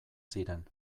ziren